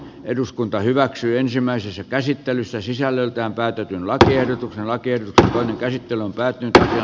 eduskunta hyväksyi ensimmäisessä käsittelyssä sisällöltään päätettiin laatia ehdotuksena kieltä on kehitteillä on päätetään